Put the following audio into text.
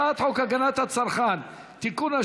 הצעת חוק הגנת הצרכן (תיקון,